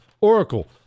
Oracle